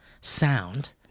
sound